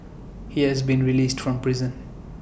he has been released from prison